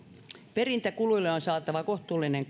perintäkuluille on saatava kohtuullinen